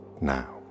now